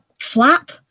flap